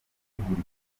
gutegura